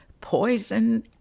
Poison